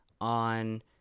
on